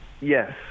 Yes